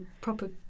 proper